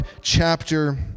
chapter